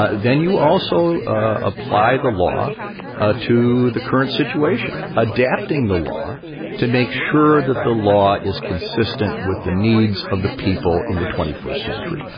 ah then you also ah apply the law ah to the current situation, adapting the law to make sure that the law is consistent with the needs of the people in the twenty first century.